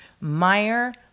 Meyer